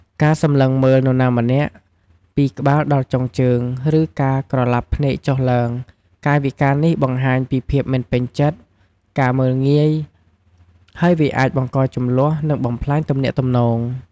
ការសម្លឹងមើលនរណាម្នាក់ពីក្បាលដល់ចុងជើង ឬការក្រឡាប់ភ្នែកចុះឡើង កាយវិការនេះបង្ហាញពីភាពមិនពេញចិត្ត ការមើលងាយ ហើយវាអាចបង្ករជម្លោះ និងបំផ្លាញទំនាក់ទំនង។